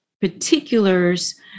particulars